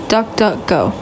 DuckDuckGo